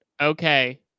okay